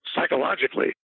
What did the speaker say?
psychologically